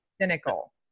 cynical